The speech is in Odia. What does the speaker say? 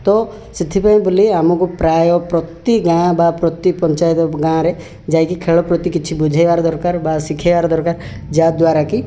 ତ ସେଥିପାଇଁ ବୋଲି ଆମକୁ ପ୍ରାୟ ପ୍ରତି ଗାଁ ବା ପ୍ରତି ପଞ୍ଚାୟତ ଗାଁରେ ଯାଇକି ଖେଳ ପ୍ରତି କିଛି ବୁଝେଇବାର ଦରକାର ବା ଶିଖେଇବାର ଦରକାର ଯାଦ୍ଵାରାକି